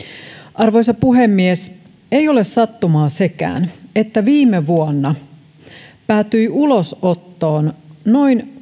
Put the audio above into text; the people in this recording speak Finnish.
arvoisa puhemies ei ole sattumaa sekään että viime vuonna päätyi ulosottoon noin